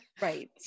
Right